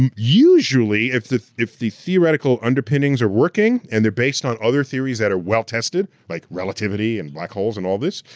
um usually, if the if the theoretical underpinnings are working, and they're based on other theories that are well-tested, like relativity and black holes and all this,